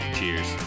Cheers